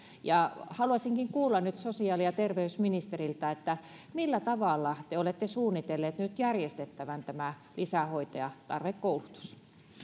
ja haluaisinkin kuulla nyt sosiaali ja terveysministeriltä millä tavalla te olette suunnitelleet nyt järjestettävän tämän lisähoitajakoulutuksen